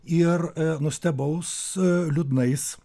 ir nustebaus liūdnais